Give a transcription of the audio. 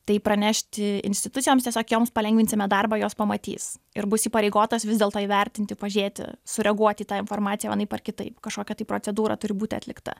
tai pranešti institucijoms tiesiog joms palengvinsime darbą jos pamatys ir bus įpareigotos vis dėlto įvertinti pažiurėti sureaguoti į tą informaciją vienaip ar kitaip kažkokia tai procedūra turi būti atlikta